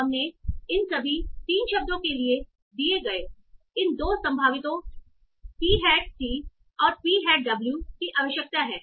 हमें इन सभी 3 शब्दों के लिए दिए गए इन 2 संभावितों P हैट c और P हैट w की आवश्यकता है